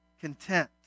content